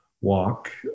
walk